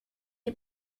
est